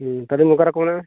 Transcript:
ᱦᱮᱸ ᱠᱷᱟᱹᱞᱤ ᱢᱚᱜᱽᱨᱟ ᱠᱚ ᱢᱮᱱᱟᱜᱼᱟ